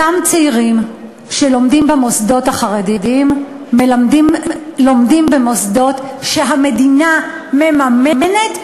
אותם צעירים שלומדים במוסדות החרדיים לומדים במוסדות שהמדינה מממנת,